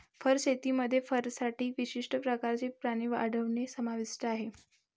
fur शेतीमध्ये फरसाठी विशिष्ट प्रकारचे प्राणी वाढवणे समाविष्ट आहे